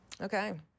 Okay